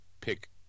pick